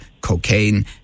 cocaine